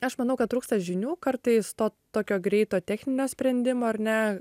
aš manau kad trūksta žinių kartais to tokio greito techninio sprendimo ar ne